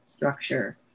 structure